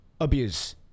abuse